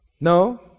No